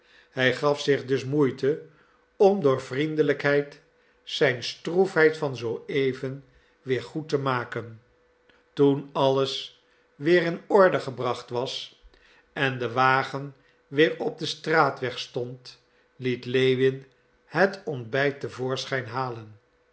hij gaf zich dus moeite om door vriendelijkheid zijn stroefheid van zooeven weer goed te maken toen alles weer in orde gebracht was en de wagen weer op den straatweg stond liet lewin het ontbijt te voorschijn halen